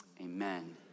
amen